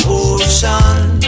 ocean